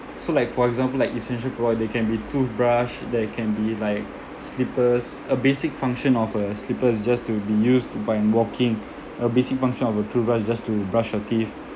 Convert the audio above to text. so like for example like essential product they can be toothbrush they can be like slippers a basic function of a slippers is just to be used when walking a basic function of a toothbrush is just to brush your teeth